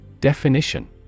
Definition